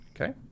Okay